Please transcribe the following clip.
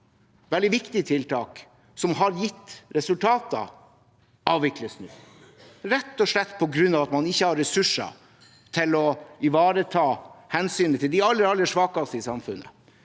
veldig viktig tiltak som har gitt resultater, avvikles nå, rett og slett på grunn av at man ikke har ressurser til å ivareta hensynet til de aller, aller svakeste i samfunnet.